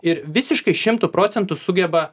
ir visiškai šimtu procentų sugeba